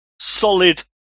Solid